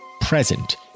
present